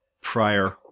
prior